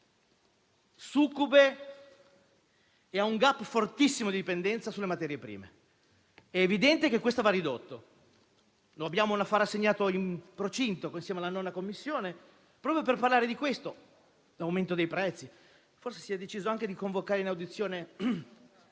succube e ha un *gap* fortissimo di dipendenza sulle materie prime: è evidente che va ridotto. Siamo in procinto di esaminare un affare assegnato, assieme alla 9a Commissione, proprio per parlare di questo: l'aumento dei prezzi. Forse si è deciso anche di convocare in audizione